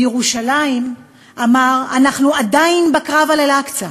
בירושלים אמר: אנחנו עדיין בקרב על אל-אקצא,